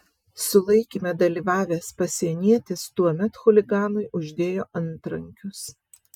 sulaikyme dalyvavęs pasienietis tuomet chuliganui uždėjo antrankius